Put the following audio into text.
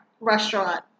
restaurant